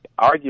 arguably